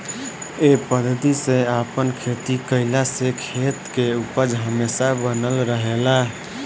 ए पद्धति से आपन खेती कईला से खेत के उपज हमेशा बनल रहेला